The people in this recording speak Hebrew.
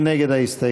מי נגד ההסתייגות?